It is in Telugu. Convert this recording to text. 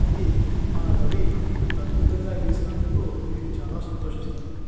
ఇది మన రవి అంత అద్భుతంగా గీసినందుకు నేను చాలా సంతోషిస్తున్నాను